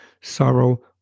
sorrow